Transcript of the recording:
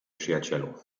przyjacielu